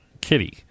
kitty